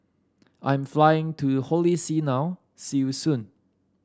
I'm flying to Holy See now see you soon